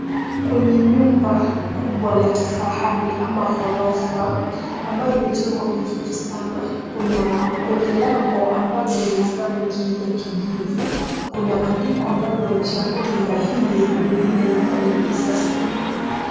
Kwenye nyumba kubwa la kifahari ama ghorofa ambayo imejengwa vizuri sana na kuna lango ambalo ni la rangi ya kijivu. Kuna andiko ambalo linaonyesha ya kwamba nyumba hili ni lile la kuuza.